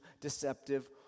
deceptive